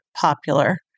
popular